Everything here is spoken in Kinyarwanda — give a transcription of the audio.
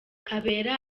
kabera